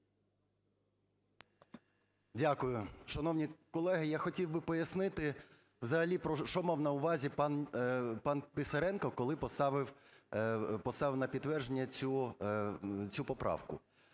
Дякую. Шановні колеги, я хотів би пояснити взагалі, що мав на увазі пан Писаренко, коли поставив на підтвердження цю поправку.